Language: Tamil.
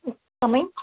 கம்மின்